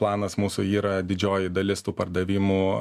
planas mūsų yra didžioji dalis tų pardavimų